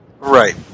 Right